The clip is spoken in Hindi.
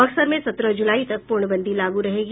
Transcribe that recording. बक्सर में सत्रह जुलाई तक पूर्णबंदी लागू रहेगी